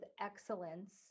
excellence